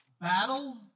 battle